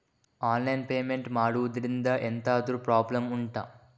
online payment ಮಾಡುದ್ರಿಂದ ಎಂತಾದ್ರೂ problem ಉಂಟಾ